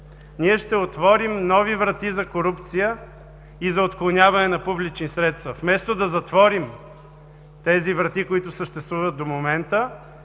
ние ще отворим нови врати за корупция и за отклоняване на публични средства. Вместо да затворим тези врати, които съществуват до момента,